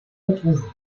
retrouvée